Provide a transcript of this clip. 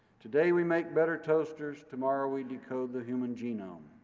today we make better toasters, tomorrow we decode the human genome.